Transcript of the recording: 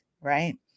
right